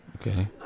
Okay